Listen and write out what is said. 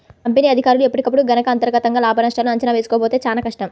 company అధికారులు ఎప్పటికప్పుడు గనక అంతర్గతంగా లాభనష్టాల అంచనా వేసుకోకపోతే చానా కష్టం